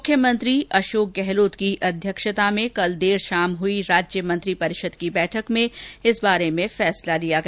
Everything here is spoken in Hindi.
मुख्यमंत्री अशोक गहलोत की अध्यक्षता में कल देर शाम हुई राज्य मंत्री परिषद की बैठक में यह निर्णय लिया गया